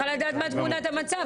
אבל אני צריכה לדעת מה תמונת המצב,